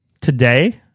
Today